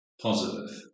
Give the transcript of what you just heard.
positive